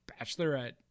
Bachelorette